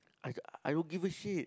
I I don't give a shit